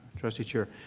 trustee chair.